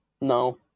no